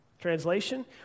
Translation